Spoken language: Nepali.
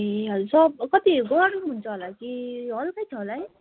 ए हजुर सब कति गरौँ हुन्छ होला कि हल्कै छ होला है